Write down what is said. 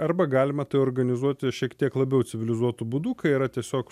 arba galima tai organizuoti šiek tiek labiau civilizuotu būdu kai yra tiesiog